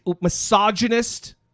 misogynist